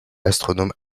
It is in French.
astronome